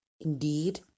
Indeed